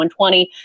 120